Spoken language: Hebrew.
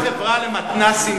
הייתה חברה למתנ"סים,